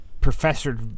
Professor